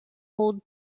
only